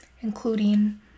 including